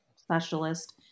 specialist